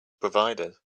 provided